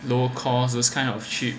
low cost those kind of cheap